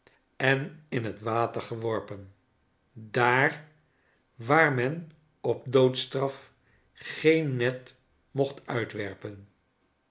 en in het water geworpen daar waar men op doodstraf geen net mocht uitwerpen